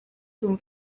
ton